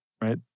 Right